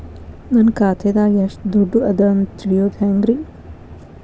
ನನ್ನ ಖಾತೆದಾಗ ಎಷ್ಟ ದುಡ್ಡು ಅದ ಅಂತ ತಿಳಿಯೋದು ಹ್ಯಾಂಗ್ರಿ?